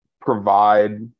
provide